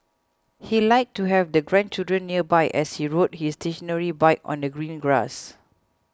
he liked to have the grandchildren nearby as he rode his stationary bike on the green grass